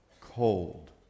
cold